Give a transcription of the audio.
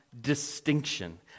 distinction